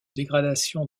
dégradation